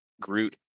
Groot